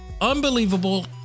unbelievable